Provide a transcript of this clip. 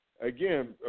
again